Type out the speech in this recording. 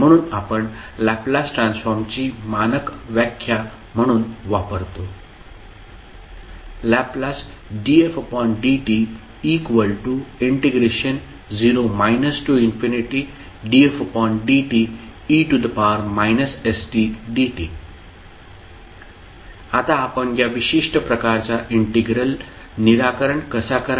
म्हणून आपण लॅपलास ट्रान्सफॉर्मची मानक व्याख्या म्हणून वापरतो Ldfdt0 dfdte stdt आता आपण या विशिष्ट प्रकारचा इंटिग्रल निराकरण कसा कराल